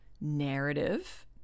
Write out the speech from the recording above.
narrative